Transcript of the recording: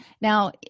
now